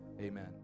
amen